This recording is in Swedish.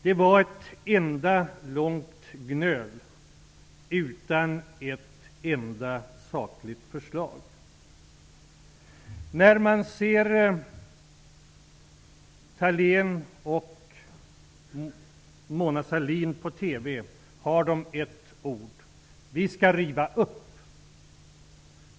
Det var ett enda långt gnöl, utan något sakligt förslag. hör man gång på gång orden ''vi skall riva upp'' upprepas.